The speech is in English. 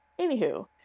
Anywho